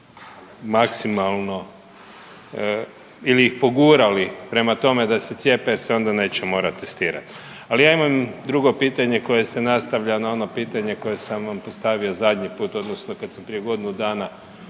maksimalno ili ih pogurali prema tome da se cijepe jer se onda neće morati testirati. Ali ja imam drugo pitanje koje se nastavlja na ono pitanje koje sam vam postavio zadnji put odnosno kad sam prije godinu dana